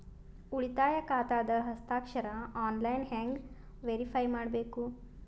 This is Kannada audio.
ಉಳಿತಾಯ ಖಾತಾದ ಹಸ್ತಾಕ್ಷರ ಆನ್ಲೈನ್ ಹೆಂಗ್ ವೇರಿಫೈ ಮಾಡಬೇಕು?